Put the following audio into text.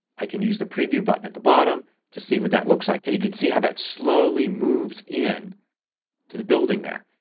i can use the preview button at the bottom to see what that looks like. you can see how that slowly moves in to the building there.